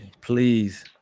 please